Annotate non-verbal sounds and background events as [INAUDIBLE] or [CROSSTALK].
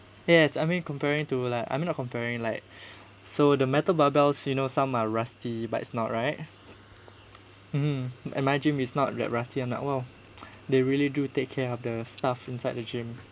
yes I mean comparing to like I'm going to comparing like [BREATH] so the metal barbells you know some are rusty but it's not right um and my gym is not that rusty I'm like !wow! they really do take care of the stuff inside the gym